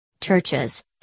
Churches